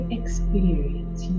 experience